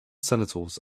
sentinels